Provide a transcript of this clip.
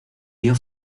dio